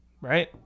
right